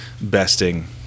besting